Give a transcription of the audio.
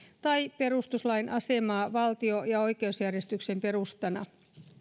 tai perustuslain asemaa valtio ja oikeusjärjestyksen perustana